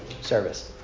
service